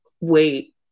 wait